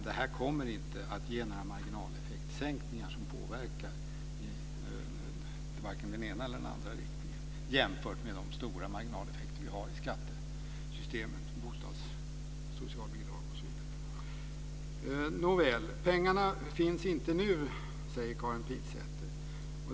Det kommer inte att ge några sänkningar av marginaleffekterna som påverkar i varken den ena eller den andra riktningen jämfört med de stora marginaleffekter vi har i skattesystemet och i systemet för bostadsbidrag, socialbidrag, osv. Pengarna finns inte nu, säger Karin Pilsäter.